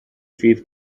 fydd